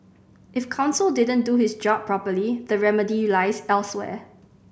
if counsel didn't do his job properly the remedy lies elsewhere